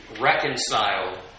reconciled